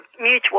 mutual